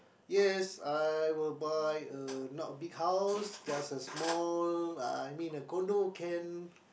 yes I will buy a not big house just a small I mean a condo can